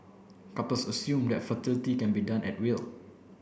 couples assume that fertility can be done at will